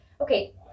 okay